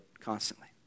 constantly